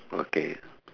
okay